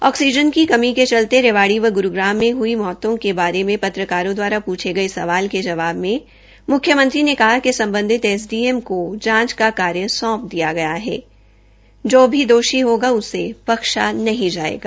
oxygen की कमी के चलते रेवाड़ी व ग्रुग्राम में हई मौतों के बारे में पत्रकारों दवारा पूछे गए सवाल के जवाब में मुख्यमंत्री ने कहा कि संबंधित एसडीएम को जांच का कार्य सौंप दिया गया है जो भी दोषी होगा उसे बख्शा नहीं जाएगा